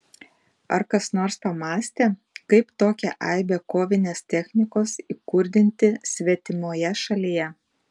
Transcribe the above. ar kas nors pamąstė kaip tokią aibę kovinės technikos įkurdinti svetimoje šalyje